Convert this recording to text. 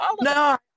no